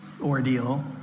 ordeal